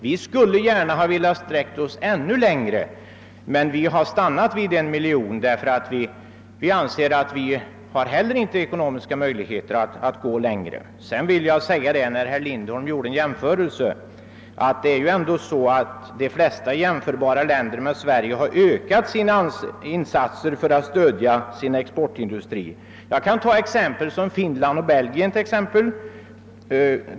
Vi skulle gärna ha velat sträcka oss ännu längre, men vi har stannat vid en miljon kronor, därför att också vi anser att vi inte har ekonomiska möjligheter att gå längre. När herr Lindholm gör en jämförelse, vill jag säga att de flesta med Sverige jämförbara länder har utökat sina insatser för att stödja sina exportindustrier. Jag kan ta sådana länder som Finland och Belgien.